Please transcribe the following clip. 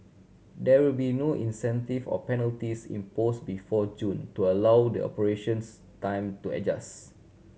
there will be no incentive or penalties imposed before June to allow the operations time to adjust